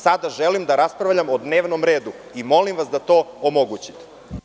Sada želim da raspravljam o dnevnom redu i molim vas da to omogućite.